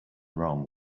wrong